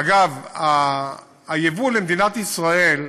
אגב, הייבוא למדינת ישראל,